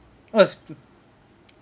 what was the